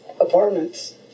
apartments